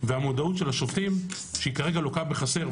והמודעות של השופטים כרגע לוקה בחסר,